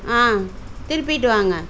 ஆ திருப்பிவிட்டு வாங்க